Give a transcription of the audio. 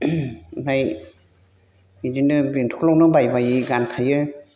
ओमफाय बिदिनो बेंथलावनो बायै बायै गानखायो